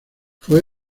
fue